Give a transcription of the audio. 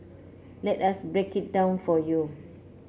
let us break it down for you